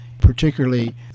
particularly